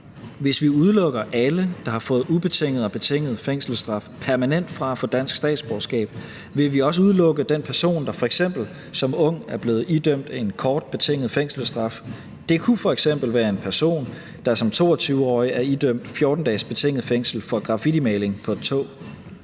Hvis vi udelukker alle, der har fået ubetinget og betinget fængselsstraf, permanent fra at få dansk statsborgerskab, vil vi også udelukke den person, der f.eks. som ung er blevet idømt en kort betinget fængselsstraf. Det kunne f.eks. være en person, der som 22-årig er idømt 14 dages betinget fængsel for graffitimaling på et tog.